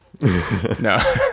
No